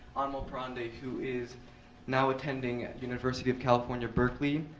um omal prande, who is now attending at university of california, berkeley,